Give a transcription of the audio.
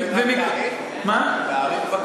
תאריך, בבקשה.